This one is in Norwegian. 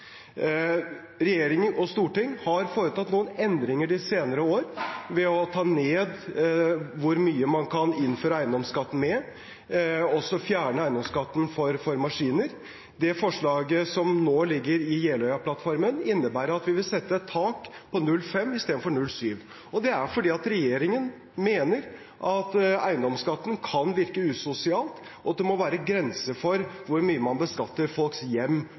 og Stortinget har foretatt noen endringer de senere år ved å ta ned hvor mye man kan innføre eiendomsskatten med, og også fjernet eiendomsskatten for maskiner. Det forslaget som nå ligger i Jeløya-plattformen, innebærer at vi vil sette et tak på 0,5 istedenfor på 0,7. Det er fordi regjeringen mener at eiendomsskatten kan virke usosial, og at det må være grenser for hvor mye man beskatter folks hjem